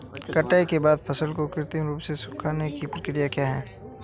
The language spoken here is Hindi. कटाई के बाद फसल को कृत्रिम रूप से सुखाने की क्रिया क्या है?